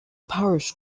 parish